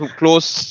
close